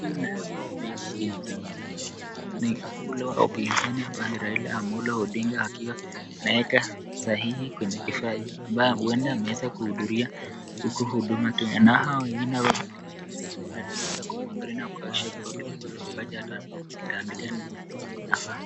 Huyu naye ambaye ameweza kusimama ni yule wa upinzani Raila Amollo Odinga akiwa anaweka sahihi kwenye kifaa hicho ambacho huenda ameweza khudhuria huku huduma Kenya, na hao wengine wako katika ile harakati ya kumwangalia na kuhakikisha kuwa kila kitu ambacho ataandika inafaa.